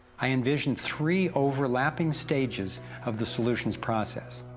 i envisioned three overlapping stages of the solutions process.